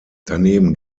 daneben